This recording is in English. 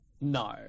no